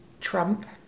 Trump